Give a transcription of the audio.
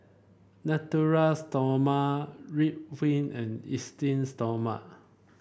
Natura Stoma Ridwind and Esteem Stoma